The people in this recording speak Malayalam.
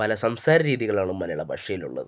പല സംസാര രീതികളാണ് മലയാള ഭാഷയിലുള്ളത്